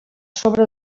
sobre